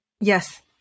Yes